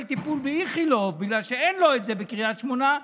טיפול באיכילוב בגלל שאין לו את זה בקריית שמונה,